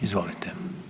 Izvolite.